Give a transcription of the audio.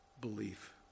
belief